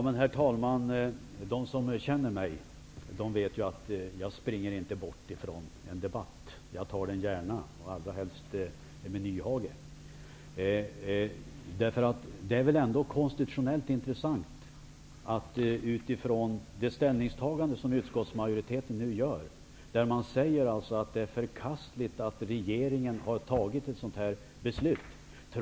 Herr talman! De som känner mig vet att jag inte springer ifrån en debatt. Jag tar den gärna, och allra helst med Hans Nyhage. Det är väl ändå konstitutionellt intressant att se konsekvensen av det ställningstagande utskottsmajoriteten nu gör. Man säger att det är förkastligt att regeringen fattar ett sådant beslut.